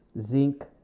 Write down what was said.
zinc